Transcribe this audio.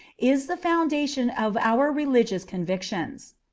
is the foundation of our religious convictions.